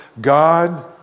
God